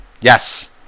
Yes